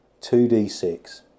2D6